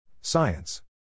Science